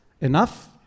enough